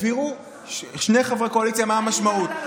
הבהירו שני חברי קואליציה מה המשמעות.